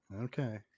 Okay